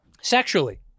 sexually